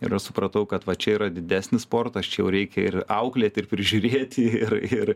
ir aš supratau kad va čia yra didesnis sportas čia jau reikia ir auklėti ir prižiūrėti ir ir